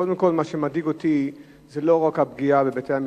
קודם כול מה שמדאיג אותי זה לא רק הפגיעה בבתי-המשפט,